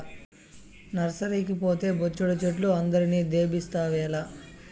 నర్సరీకి పోతే బొచ్చెడు చెట్లు అందరిని దేబిస్తావేల